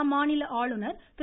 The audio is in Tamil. அம்மாநில ஆளுநர் திரு